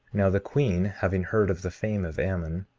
now the queen having heard of the fame of ammon,